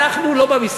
אנחנו לא במשחק.